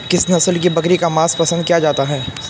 किस नस्ल की बकरी का मांस पसंद किया जाता है?